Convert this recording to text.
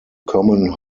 common